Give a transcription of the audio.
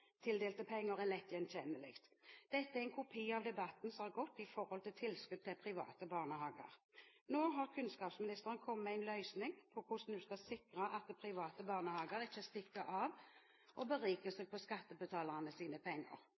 penger, er lett gjenkjennelig. Dette er en kopi av debatten som har gått om tilskudd til private barnehager. Nå har kunnskapsministeren kommet med en løsning på hvordan en skal sikre at private barnehageeiere ikke stikker av og beriker seg på skattebetalernes penger.